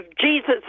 Jesus